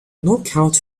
knockout